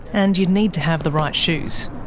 and you'd need to have the right shoes.